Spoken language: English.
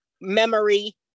memory